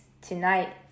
tonight